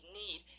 need